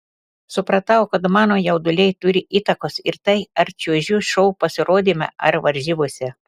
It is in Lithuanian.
supratau kad mano jauduliui turi įtakos ir tai ar čiuožiu šou pasirodyme ar varžybose